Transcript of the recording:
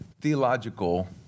theological